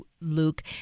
Luke